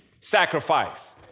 sacrifice